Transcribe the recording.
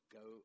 go